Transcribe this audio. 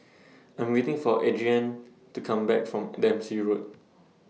I'm waiting For Adriane to Come Back from Dempsey Road